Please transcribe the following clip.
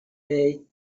hey